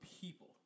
people